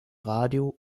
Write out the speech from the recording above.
radio